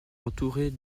entourée